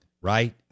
right